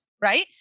right